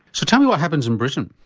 so tell me what happens in britain?